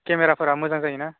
केमेराफोरा मोजां जायो ना